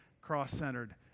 cross-centered